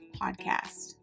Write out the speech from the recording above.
Podcast